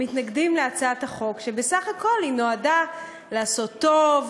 מתנגדים להצעת החוק שבסך-הכול נועדה לעשות טוב,